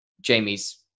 Jamie's